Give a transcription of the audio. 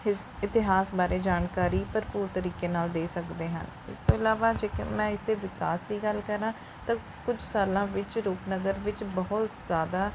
ਹਿਸ ਇਤਿਹਾਸ ਬਾਰੇ ਜਾਣਕਾਰੀ ਭਰਪੂਰ ਤਰੀਕੇ ਨਾਲ ਦੇ ਸਕਦੇ ਹਨ ਇਸ ਤੋਂ ਇਲਾਵਾ ਜੇਕਰ ਮੈਂ ਇਸ ਦੇ ਵਿਕਾਸ ਦੀ ਗੱਲ ਕਰਾਂ ਤਾਂ ਕੁਝ ਸਾਲਾਂ ਵਿੱਚ ਰੂਪਨਗਰ ਵਿਚ ਬਹੁਤ ਜ਼ਿਆਦਾ